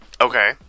Okay